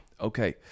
Okay